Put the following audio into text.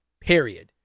Period